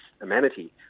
amenity